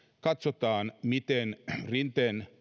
katsotaan miten rinteen